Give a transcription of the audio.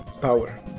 power